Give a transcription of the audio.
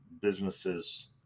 businesses